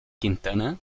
quintana